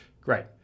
Great